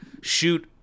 shoot